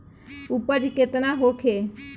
उपज केतना होखे?